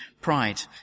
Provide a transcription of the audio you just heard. pride